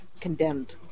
condemned